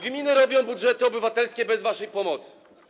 Gminy robią budżety obywatelskie bez waszej pomocy.